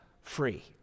free